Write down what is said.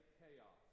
chaos